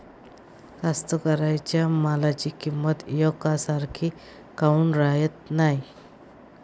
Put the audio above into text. कास्तकाराइच्या मालाची किंमत यकसारखी काऊन राहत नाई?